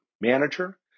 manager